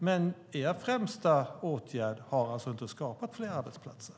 Men er främsta åtgärd har alltså inte skapat fler arbeten.